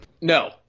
No